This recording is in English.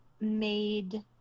made